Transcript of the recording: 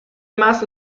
más